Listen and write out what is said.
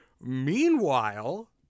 Meanwhile